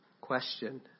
Question